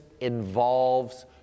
involves